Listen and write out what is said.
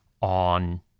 on